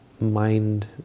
mind